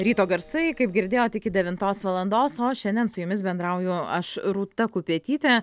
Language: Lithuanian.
ryto garsai kaip girdėjot iki devintos valandos o šiandien su jumis bendrauju aš rūta kupetytė